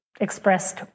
expressed